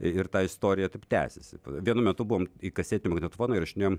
ir ta istorija taip tęsėsi vienu metu buvom kasetinį magnetofoną įrašinėjom